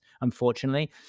unfortunately